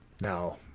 No